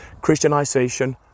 Christianization